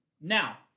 Now